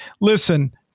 listen